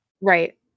Right